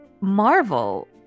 Marvel